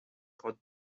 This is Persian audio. خواد